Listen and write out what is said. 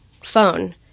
phone